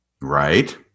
Right